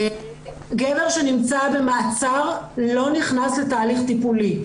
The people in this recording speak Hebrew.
גבר שנמצא במעצר לא נכנס לתהליך טיפולי,